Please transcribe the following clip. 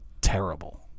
terrible